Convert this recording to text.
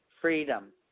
freedom